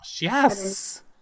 Yes